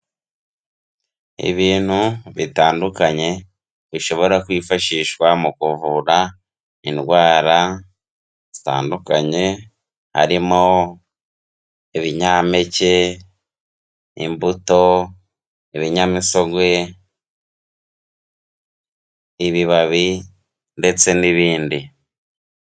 Ibintu bitandukanye bishobora kwifashishwa mu kuvura indwara zitandukanye, harimo ibinyampeke, imbuto, ibinyamisogwe, ibibabi ndetse n'ibindi.